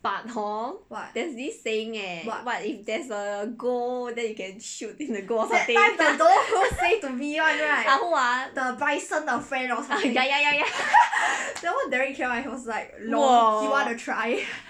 but hor there's this saying leh what if there's a goal then you can shoot in the goal or something ah who ah ya ya ya ya